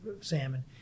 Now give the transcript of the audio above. salmon